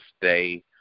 stay